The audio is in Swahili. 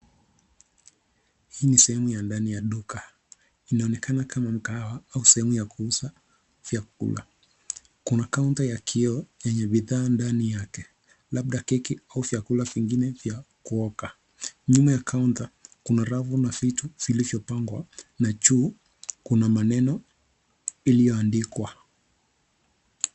Hii ni sehemu ya ndani ya duka. Inaonekana kama mkahawa au sehemu ya kuuza vyakula. Kuna kaunta ya kioo yenye bidhaa ndani yake labda keki au vyakula vingine vya kuoka. Nyuma ya kaunta kuna rafu na vitu vilivyopangwa na juu kuna maneno iliyoandikwa.